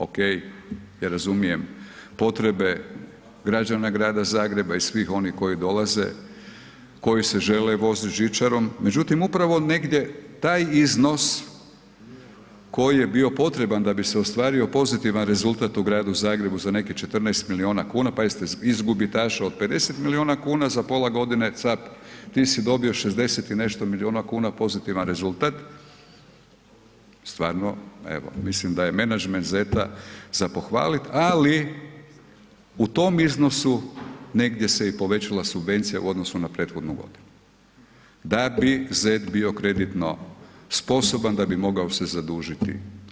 Ok, ja razumijem potrebe građana grada Zagreba i svih onih koji dolaze, koji se žele vozit žičarom, međutim upravo negdje taj iznos koji je bio potreban da bi se ostvario pozitivan rezultat u gradu Zagrebu za nekih 14 milijuna kuna, pazite, iz gubitaša od 50 milijuna kuna za pola godine cap, ti si dobro 60 i nešto milijuna kuna pozitivan rezultat, stvarno evo, mislim da je menadžment ZET-a za pohvalit ali u tom iznosu negdje se i povećala subvencija u odnosu na prethodnu godinu da bi Zet bio kreditno sposoban, da bi mogao se zadužiti.